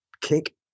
kick